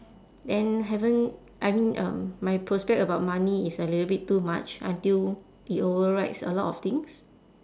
then haven't I mean um my prospect about money is a little bit too much until it overrides a lot of things